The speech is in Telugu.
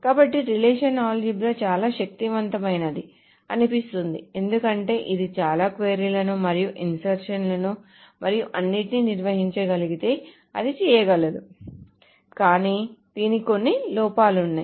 కాబట్టి రిలేషనల్ ఆల్జీబ్రా చాలా శక్తివంతమైనదిగా అనిపిస్తుంది ఎందుకంటే ఇది చాలా క్వరీ లను మరియు ఇన్సర్షన్ లు మరియు అన్నింటినీ నిర్వహించగలిగితే అది చేయగలదు కానీ దీనికి కొన్ని లోపాలు ఉన్నాయి